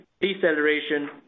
deceleration